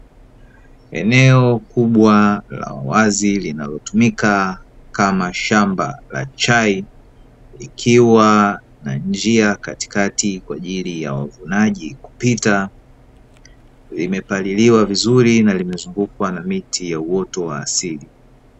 Eneo kubwa la wazi, linalotumika kama shamba la Chai, likiwa na njia katikati kwa ajili ya wavunaji kupita, limepaliliwa vizuri na limezungukwa na miti ya uoto wa asili.